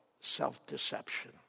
self-deception